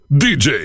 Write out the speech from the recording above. dj